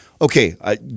Okay